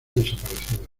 desaparecidos